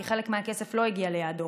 כי חלק מהכסף לא הגיע ליעדו.